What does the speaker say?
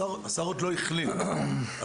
השר עוד לא החליט